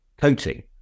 coating